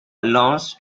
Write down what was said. allows